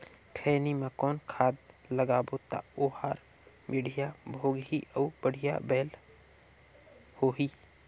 खैनी मा कौन खाद लगाबो ता ओहार बेडिया भोगही अउ बढ़िया बैल होही?